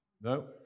No